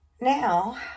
Now